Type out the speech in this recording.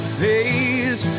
face